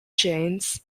jains